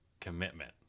Commitment